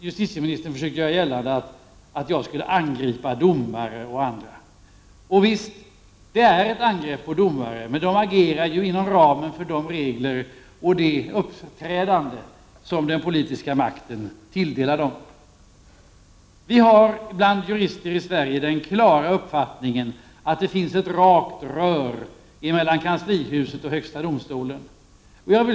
Justitieministern har här försökt göra gällande att jag angriper domare och andra. Det är visserligen ett angrepp på domare, men domarna agerar inom ramen för de regler och med de uppträdanden som den politiska makten tilldelar dem. Vi har bland jurister i Sverige den klara uppfattningen att det finns ett rakt rör mellan kanslihuset och högsta domstolen.